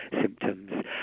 symptoms